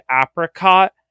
apricot